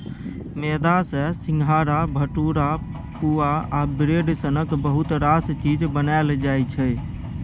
मेदा सँ सिंग्हारा, भटुरा, पुआ आ ब्रेड सनक बहुत रास चीज बनाएल जाइ छै